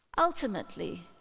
Ultimately